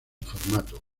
formato